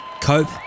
Cope